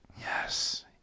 Yes